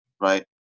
right